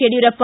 Yediyurappa